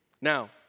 Now